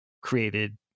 created